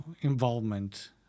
involvement